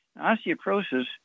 Osteoporosis